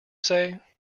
say